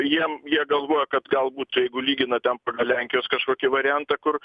jiem jie galvoja kad galbūt jeigu lygina ten pagal lenkijos kažkokį variantą kur